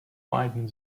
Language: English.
finding